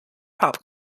pop